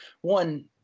one